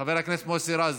חבר הכנסת מוסי רז,